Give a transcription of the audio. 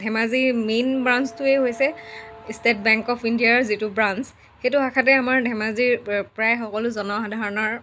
ধেমাজিৰ মেইন ব্ৰাঞ্চটোৱেই হৈছে ষ্টেট বেংক অফ ইণ্ডিয়াৰ যিটো ব্ৰাঞ্চ সেইটো শাখাতেই আমাৰ ধেমাজিৰ প্ৰায় সকলো জনসাধাৰণৰ